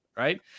Right